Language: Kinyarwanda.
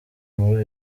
muri